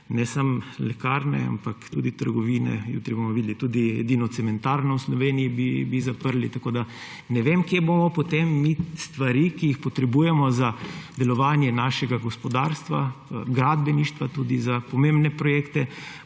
ne samo lekarne, ampak tudi trgovine, jutri bomo videli, edino cementarno v Sloveniji bi zaprli, tako da ne vem, kje bomo potem mi stvari, ki jih potrebujemo za delovanje našega gospodarstva, gradbeništva tudi za pomembne projekte,